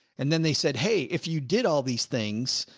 and then they said, hey, if you did all these things,